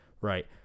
right